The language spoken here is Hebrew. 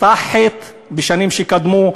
עשתה חטא בשנים הקודמות.